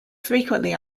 frequently